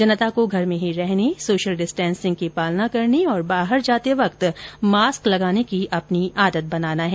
जनता को घर में ही रहने सोशल डिस्टेसिंग की पालना करने और बाहर जाते वक्त मास्क लगाने को अपनी आदत बनाना है